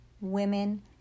women